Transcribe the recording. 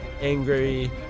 angry